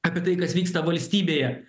apie tai kas vyksta valstybėje